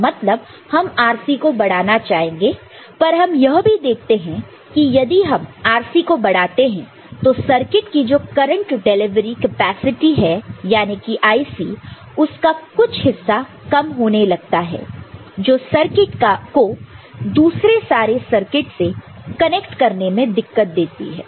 तो मतलब हम RC को बढ़ाना चाहेंगे पर हम यह भी देखते हैं कि यदि हम RC को बढ़ाते हैं तो सर्किट की जो करंट डिलीवरी कैपेसिटी यानी कि IC उसका कुछ हिस्सा कम होने लगता है जो सर्किट को दूसरे सारे सर्किट से कनेक्ट करने में दिक्कत देती है